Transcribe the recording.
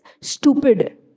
stupid